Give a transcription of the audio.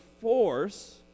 force